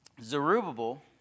Zerubbabel